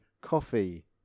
coffee